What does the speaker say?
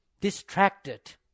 distracted